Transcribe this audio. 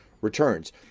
returns